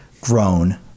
grown